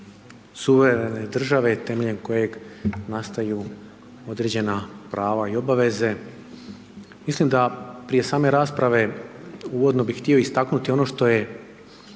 suverene države temeljem kojeg nastaju određena prava i obaveze. Mislim da, prije same rasprave, uvodno bih htio istaknuti ono što je